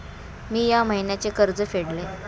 मी या महिन्याचे कर्ज फेडले